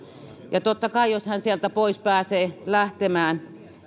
ja totta kai jos hän sieltä pois pääsee lähtemään